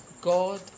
God